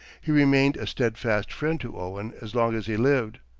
he remained a steadfast friend to owen as long as he lived.